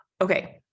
Okay